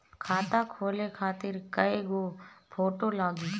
खाता खोले खातिर कय गो फोटो लागी?